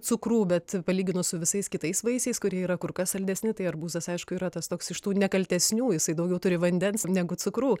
cukrų bet palyginus su visais kitais vaisiais kurie yra kur kas saldesni tai arbūzas aišku yra tas toks iš tų nekaltesnių jisai daugiau turi vandens negu cukrų